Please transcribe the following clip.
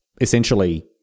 essentially